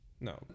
No